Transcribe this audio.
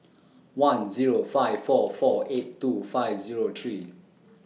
one Zero five four four eight two five Zero three